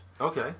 Okay